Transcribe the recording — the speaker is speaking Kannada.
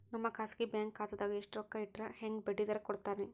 ನಮ್ಮ ಖಾಸಗಿ ಬ್ಯಾಂಕ್ ಖಾತಾದಾಗ ಎಷ್ಟ ರೊಕ್ಕ ಇಟ್ಟರ ಹೆಂಗ ಬಡ್ಡಿ ದರ ಕೂಡತಾರಿ?